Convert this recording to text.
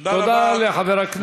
תודה לחבר הכנסת.